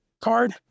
card